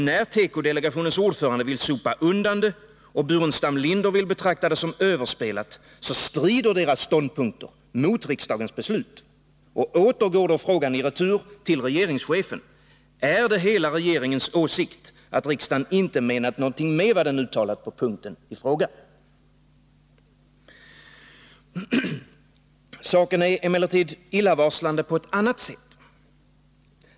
När tekodelegationens ordförande vill sopa undan det och Staffan Burenstam Linder vill betrakta det som överspelat, så strider deras ståndpunkter mot riksdagens beslut. Och frågan går då i retur till regeringschefen: Är det hela regeringens åsikt att riksdagen inte menat någonting med vad den uttalat på punkten i fråga? Saken är emellertid illavarslande på ett annat sätt.